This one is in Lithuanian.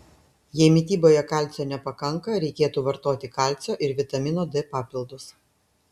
jei mityboje kalcio nepakanka reikėtų vartoti kalcio ir vitamino d papildus